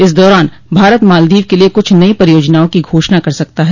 इस दौरान भारत मालदीव के लिए कूछ नई परियोजनाओं की घोषणा कर सकता है